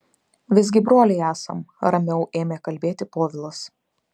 visgi broliai esam ramiau ėmė kalbėti povilas